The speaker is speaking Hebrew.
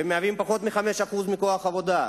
והם מהווים פחות מ-5% מכוח העבודה.